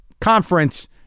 conference